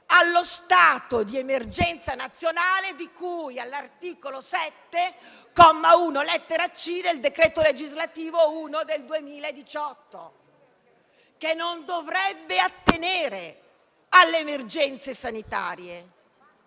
allo stato di emergenza nazionale di cui all'articolo 7, comma 1, lettera *c)* del decreto legislativo n. 1 del 2018, che non dovrebbe attenere alle emergenze sanitarie,